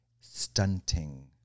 stunting